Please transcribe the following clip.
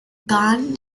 gan